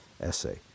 essay